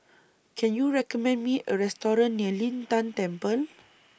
Can YOU recommend Me A Restaurant near Lin Tan Temple